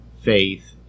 faith